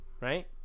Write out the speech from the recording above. right